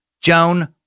Joan